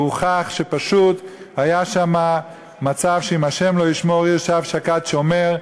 והוכח שהיה שם מצב שאם ה' לא ישמור עיר שווא שקד שומר,